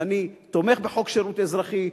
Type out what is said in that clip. ואני תומך בחוק שירות אזרחי,